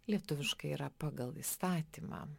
lietuviškai yra pagal įstatymą